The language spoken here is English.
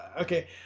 okay